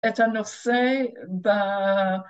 ‫את הנושא ב...